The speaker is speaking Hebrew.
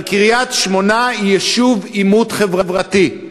אבל קריית-שמונה היא יישוב עימות חברתי,